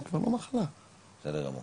אפשר לעשות